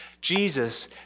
Jesus